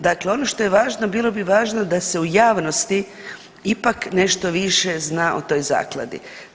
Dakle ono što je važno, bilo bi važno da se u javnosti ipak nešto više zna o toj Zakladi.